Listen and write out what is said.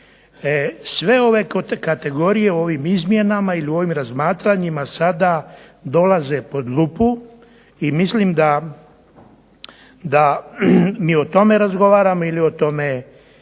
Sve ove kategorije u ovim izmjenama ili u ovim razmatranjima sada dolaze pod lupu i mislim da mi o tome razgovaramo ili o tome moramo